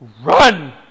run